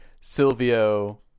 silvio